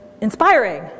inspiring